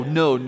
no